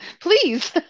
Please